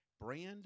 brand